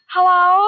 Hello